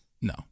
no